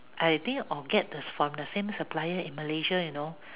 I think or get from the same supplier in Malaysia you know